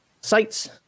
sites